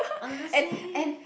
honestly